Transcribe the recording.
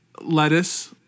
lettuce